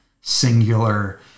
singular